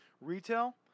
Retail